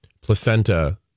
placenta